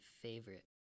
favorite